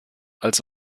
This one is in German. als